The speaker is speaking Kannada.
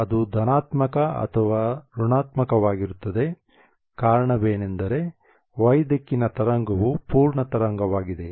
ಅದು ಧನಾತ್ಮಕ ಅಥವಾ ಋಣಾತ್ಮಕವಾಗಿರುತ್ತದೆ ಕಾರಣವೇನೆಂದರೆ y ದಿಕ್ಕಿನ ತರಂಗವು ಪೂರ್ಣ ತರಂಗವಾಗಿದೆ